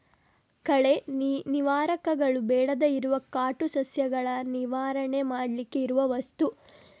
ಕಳೆ ನಿವಾರಕಗಳು ಬೇಡದೇ ಇರುವ ಕಾಟು ಸಸ್ಯಗಳನ್ನ ನಿವಾರಣೆ ಮಾಡ್ಲಿಕ್ಕೆ ಇರುವ ವಸ್ತು